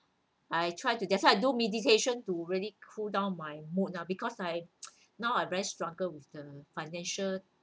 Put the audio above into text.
I try to that's why I do medication to really cool down my mood ah because I now I very struggle with the financial